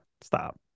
stop